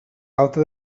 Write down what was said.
alta